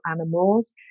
animals